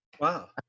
Wow